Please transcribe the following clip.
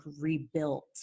rebuilt